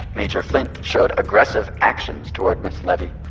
major flint showed aggressive actions toward miss levy,